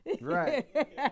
Right